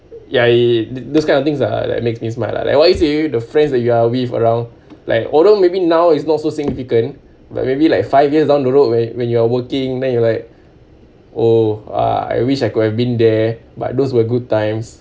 ya ya is those kind of things ah that makes me smile lah like the friends that you are with around like although maybe now is not so significant but maybe like five years down the road when when you are working then you like oh I wish I could have been there but those were good times